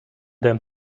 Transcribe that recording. them